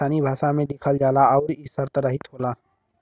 हुंडी स्थानीय भाषा में लिखल जाला आउर इ शर्तरहित होला